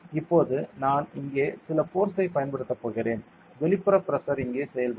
இப்போது நான் இங்கே சில போர்ஸ் ஐப் பயன்படுத்தப் போகிறேன் வெளிப்புற பிரஷர் இங்கே செயல்படும்